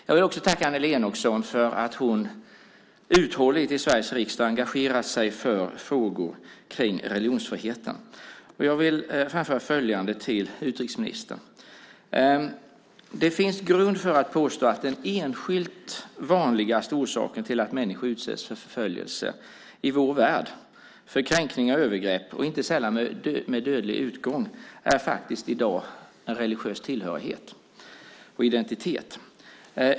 Jag vill också tacka Annelie Enochson för att hon uthålligt i Sveriges riksdag engagerar sig för frågor kring religionsfriheten. Jag vill framföra följande till utrikesministern. Det finns grund för att påstå att den enskilt vanligaste orsaken till att människor i vår värld utsätts för förföljelse, kränkningar och övergrepp, inte sällan med dödlig utgång, i dag är den religiösa tillhörigheten och identiteten.